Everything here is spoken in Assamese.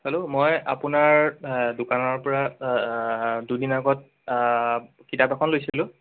হেল্ল' মই আপোনাৰ দোকানৰ পৰা দুদিন আগত কিতাপ এখন লৈছিলোঁ